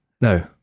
No